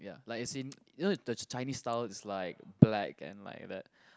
ya like as in you know the Chinese style is like black and like that